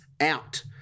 out